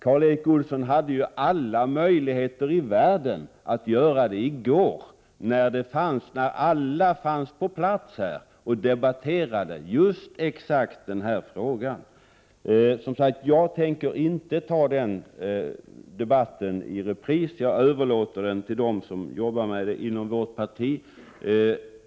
Karl Erik Olsson hade ju alla möjligheter att göra det i går då alla fanns på plats här i kammaren och debatterade exakt den här frågan. Jag tänker som sagt inte föra den debatten i repris — jag överlåter den debatten till dem som jobbar med den frågan inom vårt parti.